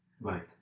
right